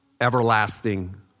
everlasting